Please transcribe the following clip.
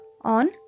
on